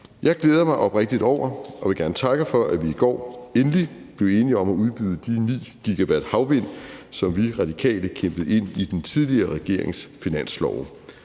Jeg glæder mig oprigtigt over og vil gerne takke for, at vi i går – endelig – blev enige om at udbyde de 9 GW havvind, som vi Radikale kæmpede ind i den tidligere regerings finanslove.